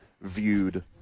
viewed